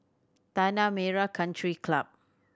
Tanah Merah Country Club